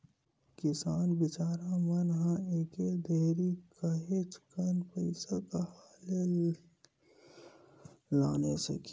किसान बिचारा मन ह एके दरी काहेच कन पइसा कहाँ ले लाने सकही खेती के चालू होय ले फसल के मिंजावत ले पइसा ओमन ल अघुवाके लगथे